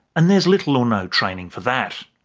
and there's little or no training for that.